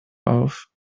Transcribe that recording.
auf